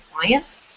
clients